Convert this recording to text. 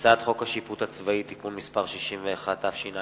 הצעת חוק השיפוט הצבאי (תיקון מס' 61), התש"ע